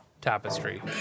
tapestry